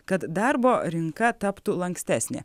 kad darbo rinka taptų lankstesnė